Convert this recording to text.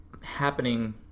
happening